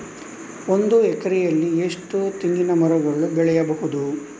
ಒಂದು ಎಕರೆಯಲ್ಲಿ ಎಷ್ಟು ತೆಂಗಿನಮರಗಳು ಬೆಳೆಯಬಹುದು?